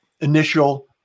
initial